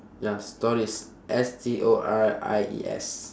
ya stories S T O R I E S